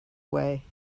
away